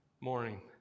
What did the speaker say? morning